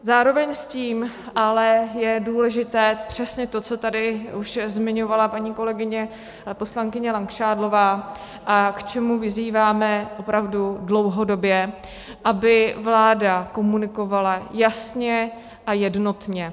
Zároveň s tím je ale důležité přesně to, co tady už zmiňovala paní kolegyně poslankyně Langšádlová a k čemu vyzýváme opravdu dlouhodobě: aby vláda komunikovala jasně a jednotně.